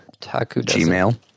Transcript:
Gmail